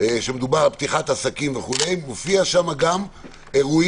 מדובר על פתיחת עסקים וכו', מופיעים גם אירועים,